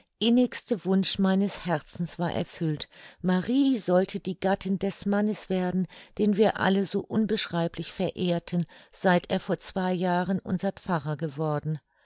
innigste wunsch meines herzens war erfüllt marie sollte die gattin des mannes werden den wir alle so unbeschreiblich verehrten seit er vor zwei jahren unser pfarrer geworden